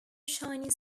chinese